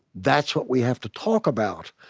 that's what we have to talk about.